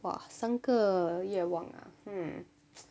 !wah! 三个愿望啊